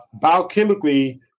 Biochemically